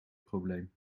probleem